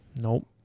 Nope